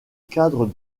cadre